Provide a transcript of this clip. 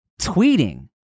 tweeting